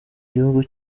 gihugu